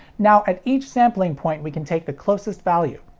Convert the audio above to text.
now, at each sampling point, we can take the closest value.